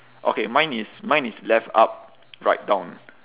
okay mine is mine is left up right down